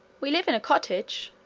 we live in a cottage,